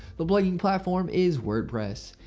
the blogging platform is wordpress.